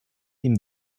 dem